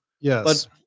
Yes